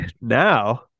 now